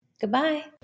Goodbye